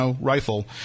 rifle